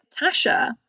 Tasha